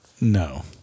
No